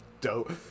dope